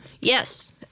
Yes